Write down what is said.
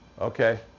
Okay